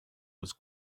was